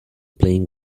playing